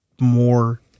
more